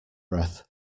breath